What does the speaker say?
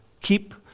Keep